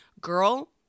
girl